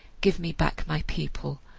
give me back my people,